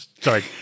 Sorry